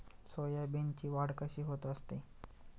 सोयाबीनची वाढ कशी होत असते?